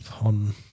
on